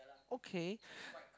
okay